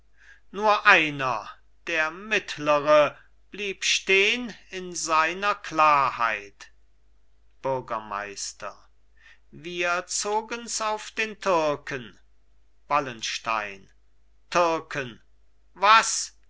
nur einer der mittlere blieb stehn in seiner klarheit bürgermeister wir zogens auf den türken wallenstein türken was